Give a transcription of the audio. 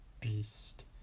beast